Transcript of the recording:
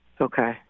okay